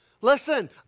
Listen